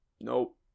Nope